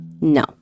No